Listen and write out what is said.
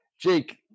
Jake